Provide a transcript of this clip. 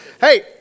Hey